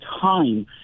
time